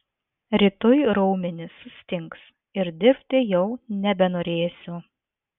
rytoj raumenys sustings ir dirbti jau nebenorėsiu